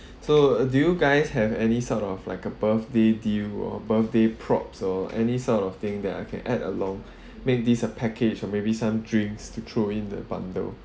so do you guys have any sort of like a birthday deal or birthday props or any sort of thing that I can add along make these a package or maybe some drinks to throw in the bundle